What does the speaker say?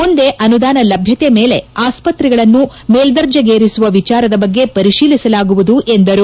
ಮುಂದೆ ಅನುದಾನ ಲಭ್ಯತೆ ಮೇಲೆ ಆಸ್ಪತ್ರೆಗಳನ್ನು ಮೇಲ್ದರ್ಜೆಗೇರಿಸುವ ವಿಚಾರದ ಬಗ್ಗೆ ಪರಿಶೀಲಿಸಲಾಗುವುದು ಎಂದರು